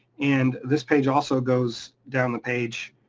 and this page also goes down the page,